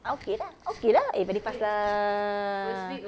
okay lah okay lah eh very fast lah